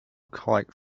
kite